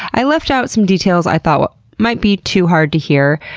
i left out some details i thought might be too hard to hear,